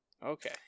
Okay